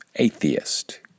atheist